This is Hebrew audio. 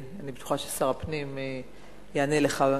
אבל השאלה מופנית לשר הפנים או לסגן שר האוצר יצחק כהן.